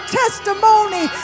testimony